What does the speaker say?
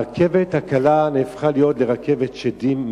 הרכבת הקלה הפכה מזמן לרכבת שדים.